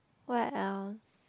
what else